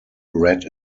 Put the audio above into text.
red